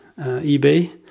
eBay